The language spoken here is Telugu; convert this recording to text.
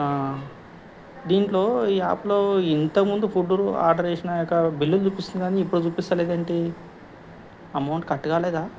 దీంట్లో ఈ యాప్లో ఇంతకు ముందు ఫుడ్డు ఆర్డర్ చేసిన యొక్క బిల్లు చూపిస్తుంది కానీ ఇప్పుడు చూపించడంలేదేంటి అమౌంట్ కట్ కాలేదా